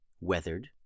weathered